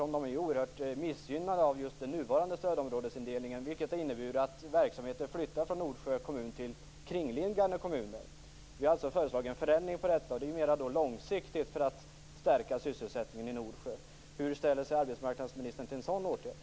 Man är oerhört missgynnad av den nuvarande stödområdesindelningen, vilket har inneburit att verksamheter flyttar från Norsjö kommun till kringliggande kommuner. Vi har föreslagit en förändring av detta för att stärka sysselsättningen i Norsjö mer långsiktigt. Hur ställer sig arbetsmarknadsministern till en sådan åtgärd?